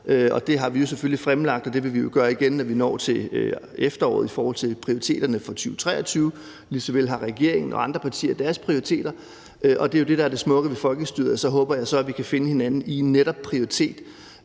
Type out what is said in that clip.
og dem har vi selvfølgelig fremlagt, og det vil vi gøre igen, når vi når til efteråret i forhold til prioriteringerne for 2023. Lige så vel har regeringen og andre partier deres prioriteringer, og det er jo det, der er det smukke ved folkestyret. Så håber jeg så, at vi kan finde hinanden i en prioritering